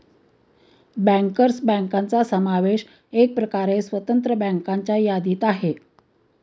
bankers बँकांचा समावेश एकप्रकारे स्वतंत्र बँकांच्या यादीत आहे